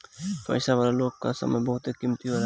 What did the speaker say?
पईसा वाला लोग कअ समय बहुते कीमती होला